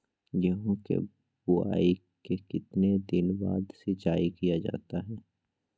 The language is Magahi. गेंहू की बोआई के कितने दिन बाद सिंचाई किया जाता है?